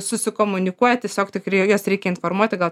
susikomunikuoja tiesiog tik juos reikia informuoti gal